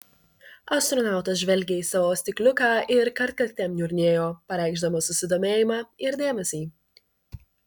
astronautas žvelgė į savo stikliuką ir kartkartėm niurnėjo pareikšdamas susidomėjimą ir dėmesį